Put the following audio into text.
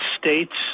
States